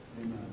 Amen